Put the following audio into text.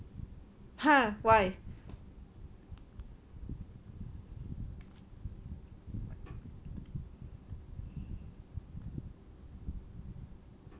!huh! why